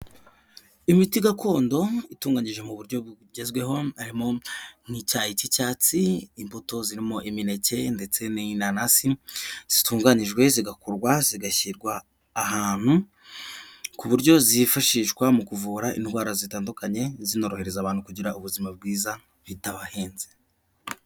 Imiti gakondo itunganyijwe mu buryo bugezweho harimo nk'icyayi cy'icyatsi, imbuto zirimo imineke ndetse inanasi zitunganijwe zigakorwa zigashyirwa ahantu ku buryo zifashishwa mu kuvura indwara zitandukanye zinorohereza abantu kugira ubuzima bwiza bitabahenze.